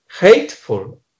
hateful